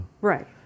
Right